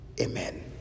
Amen